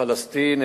פלסטין,